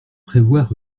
prévoir